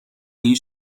این